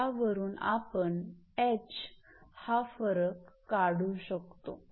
यावरून आपण h हा फरक काढू शकतो